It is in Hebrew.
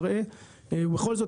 בכל זאת,